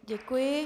Děkuji.